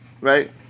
right